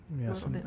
Yes